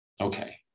okay